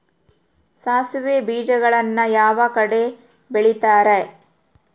ಸಾಸಿವೆ ಬೇಜಗಳನ್ನ ಯಾವ ಕಡೆ ಬೆಳಿತಾರೆ?